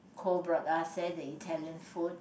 Koh brought us there the Italian food